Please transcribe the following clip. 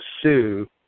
sue